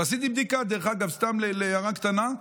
עשיתי בדיקה, דרך אגב, סתם בהערה קטנה: